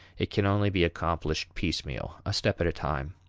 it can only be accomplished piecemeal, a step at a time.